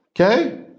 okay